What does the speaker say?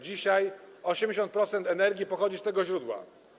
Dzisiaj 80% energii pochodzi z tego źródła.